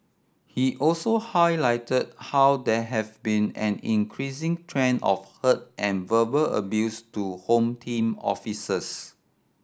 he also highlighted how there have been an increasing trend of hurt and verbal abuse to Home Team officers